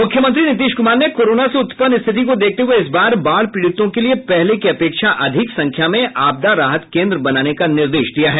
मुख्यमंत्री नीतीश कुमार ने कोरोना से उत्पन्न स्थिति को देखते हुये इस बार बाढ़ पीड़ितों के लिये पहले की अपेक्षा अधिक संख्या में आपदा राहत केंद्र बनाने का निर्देश दिया है